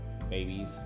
babies